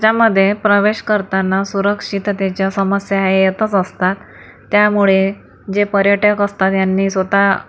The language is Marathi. ज्यामध्ये प्रवेश करताना सुरक्षिततेच्या समस्या ह्या येतच असतात त्यामुळे जे पर्यटक असतात यांनी स्वतः